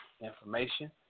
information